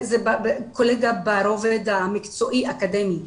קולגה ברובד המקצועי האקדמי.